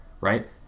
right